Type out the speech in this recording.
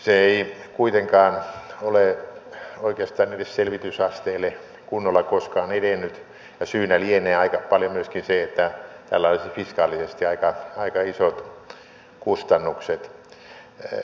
se ei kuitenkaan ole oikeastaan edes selvitysasteelle kunnolla koskaan edennyt ja syynä lienee aika paljon myöskin se että tällä olisi fiskaalisesti aika isot kustannukset